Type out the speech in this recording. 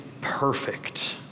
perfect